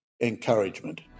encouragement